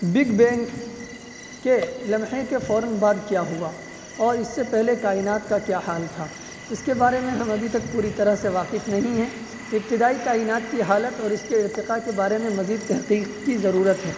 big bang کے لمحے کے فوراً بعد کیا ہوا اور اس سے پہلے کائنات کا کیا حال تھا اس کے بارے میں ہم ابھی تک پوری طرح سے واقف نہیں ہیں ابتدائی کائنات کی حالت اور اس کے ارتقاء کے بارے میں مزید تحقیق کی ضرورت ہے